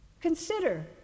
Consider